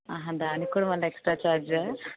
దానికి కూడా మళ్ళీ ఎక్స్ట్రా ఛార్జా